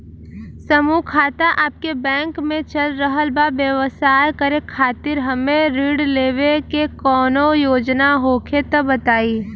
समूह खाता आपके बैंक मे चल रहल बा ब्यवसाय करे खातिर हमे ऋण लेवे के कौनो योजना होखे त बताई?